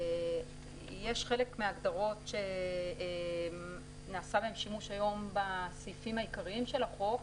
יש חלק מההגדרות שנעשה בהן שימוש היום בסעיפים העיקריים של החוק,